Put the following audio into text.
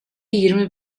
yirmi